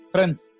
Friends